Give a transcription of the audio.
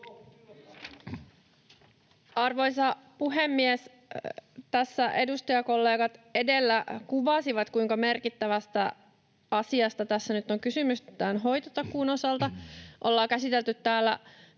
Arvoisa puhemies! Tässä edustajakollegat edellä kuvasivat, kuinka merkittävästä asiasta tässä nyt on kysymys tämän hoitotakuun osalta. Ollaan käsitelty täällä